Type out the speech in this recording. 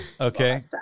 Okay